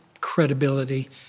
credibility